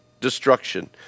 destruction